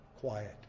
quiet